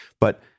but-